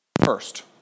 first